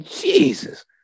Jesus